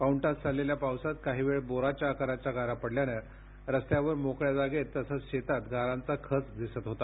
पाऊणतास झालेल्या पावसात काही वेळ बोराच्या आकाराच्या गारा पडल्यानं रस्त्यावर मोकळ्या जागेत तसंच शेतात गारांचा खच दिसत होता